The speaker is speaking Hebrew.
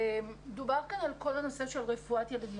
דובר כאן על רפואת ילדים.